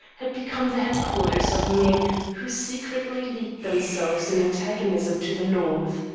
had become the headquarters of men who secretly leagued themselves in antagonism to the north.